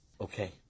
Okay